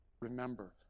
Remember